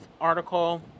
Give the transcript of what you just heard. article